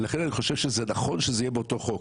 ולכן אני חושב שזה נכון שזה יהיה באותו חוק.